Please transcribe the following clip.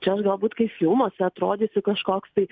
čia aš galbūt kai filmuose atrodysiu kažkoks tai